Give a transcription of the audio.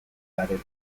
garela